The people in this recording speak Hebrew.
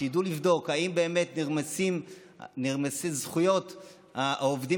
שידע לבדוק אם באמת נרמסות זכויות העובדים